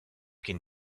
can